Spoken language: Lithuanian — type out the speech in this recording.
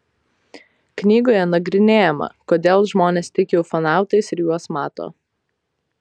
knygoje nagrinėjama kodėl žmonės tiki ufonautais ir juos mato